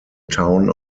town